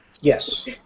Yes